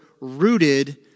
rooted